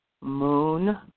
moon